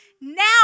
now